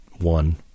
one